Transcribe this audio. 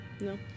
no